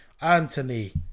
Anthony